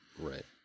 Right